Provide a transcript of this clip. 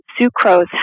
Sucrose